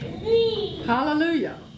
Hallelujah